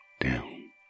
down